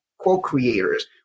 co-creators